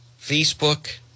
Facebook